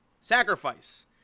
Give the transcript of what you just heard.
sacrifice